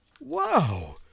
Wow